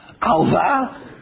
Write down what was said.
Alva